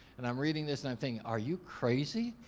and i'm reading this. and i'm thinking, are you crazy?